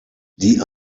die